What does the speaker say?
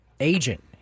agent